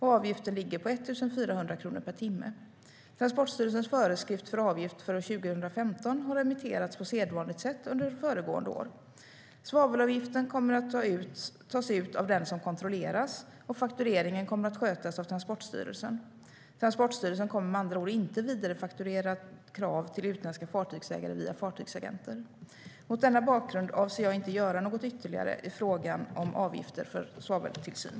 Avgiften ligger på 1 400 kronor per timme. Transportstyrelsens föreskrift för avgift för år 2015 har remitterats på sedvanligt sätt under föregående år. Svavelavgiften kommer att tas ut av den som kontrolleras, och faktureringen kommer att skötas av Transportstyrelsen. Transportstyrelsen kommer med andra ord inte att vidarefakturera krav till utländska fartygsägare via fartygsagenter. Mot denna bakgrund avser jag inte att göra något ytterligare i frågan om avgifter för svaveltillsyn.